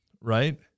right